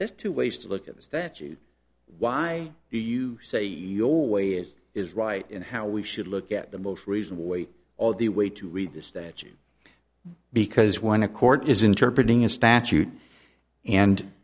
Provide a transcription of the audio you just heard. there's two ways to look at the statute why do you say your way is right and how we should look at the most reasonable way all the way to read the statute because when a court is interpret ing a statute and